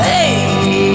Hey